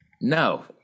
No